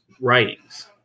writings